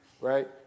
right